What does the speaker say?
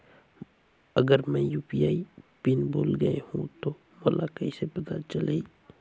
अगर मैं UPI PIN भुल गये हो तो मोला कइसे पता चलही?